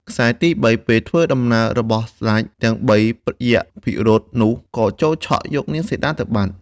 ខ្សែទី៣ ពេលធ្វើដំណើររបស់ស្ដេចទាំងបី យក្សពិរោធនោះក៏ចូលឆក់យកនាងសីតាបាត់ទៅ។